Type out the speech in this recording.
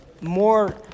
more